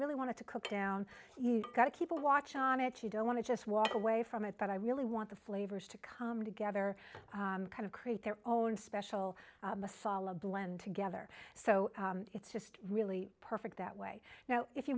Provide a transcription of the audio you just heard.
really want to cook down you've got to keep a watch on it you don't want to just walk away from it but i really want the flavors to come together kind of create their own special a solid blend together so it's just really perfect that way now if you